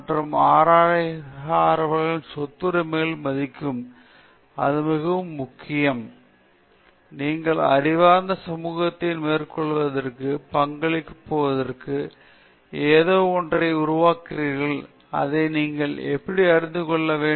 மற்றும் அறிவார்ந்த சொத்துரிமைகளை மதிக்கும் அது மிகவும் முக்கியம் ஏனென்றால் ஆராய்ச்சியாளராக நீங்கள் அறிவார்ந்த சமூகத்தின் முன்னேற்றத்திற்கு பங்களிக்கப்போவதாக ஏதோ ஒன்றை உருவாக்குகிறீர்கள் என்பதை நீங்கள் அறிந்து கொள்ள வேண்டும்